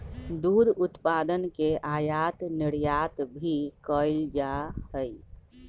दुध उत्पादन के आयात निर्यात भी कइल जा हई